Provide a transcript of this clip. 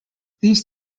these